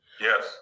Yes